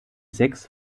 sechs